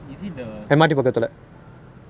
the roadside is it oh ya ya